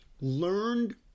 learned